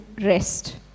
rest